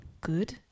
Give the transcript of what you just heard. good